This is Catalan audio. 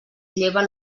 lleva